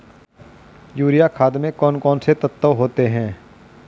Urea खाद में कौन कौन से तत्व होते हैं?